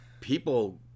people